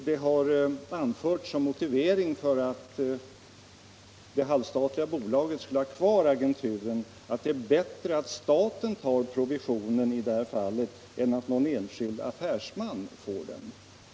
Det har anförts som motivering för att det halvstatliga bolaget skulle ha kvar agenturen att det är bättre att staten tar provisionen i det här fallet än att någon enskild affärsman får den.